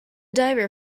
diver